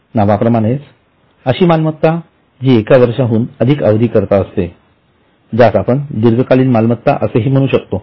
नावा प्रमाणेच अशी मालमत्ता जी एकवर्षाहून अधिक अवधी करिता असते ज्यास आपण दीर्घकालीन मालमत्ता असेही म्हणू शकतो